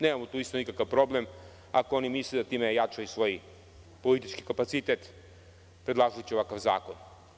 Nemamo nikakav problem, ako oni misle da time jačaju svoj politički kapacitet predlažući ovakav zakon.